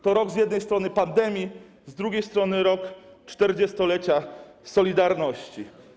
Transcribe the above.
To rok z jednej strony pandemii, z drugiej strony rok 40-lecia „Solidarności”